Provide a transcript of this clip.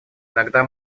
иногда